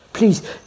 Please